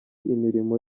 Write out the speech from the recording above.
imirimo